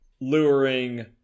luring